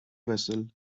vessel